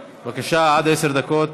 בבקשה, עד עשר דקות.